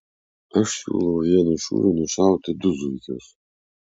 aš siūlau vienu šūviu nušauti du zuikius